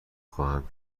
خواهم